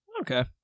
Okay